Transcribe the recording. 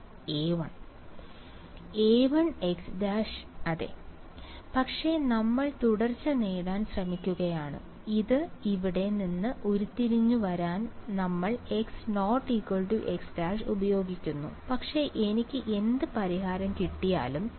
A1 A1x′ അതെ പക്ഷേ നമ്മൾ തുടർച്ച നേടാൻ ശ്രമിക്കുകയാണ് ഇവ ഇവിടെ നിന്ന് ഉരുത്തിരിഞ്ഞുവരാൻ നമ്മൾ x⧧x′ ഉപയോഗിക്കുന്നു പക്ഷേ എനിക്ക് എന്ത് പരിഹാരം കിട്ടിയാലും